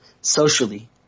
socially